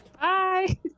Bye